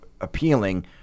appealing